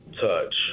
touch